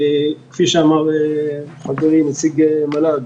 כפי שאמר עמרי גולן נציג מל"ג,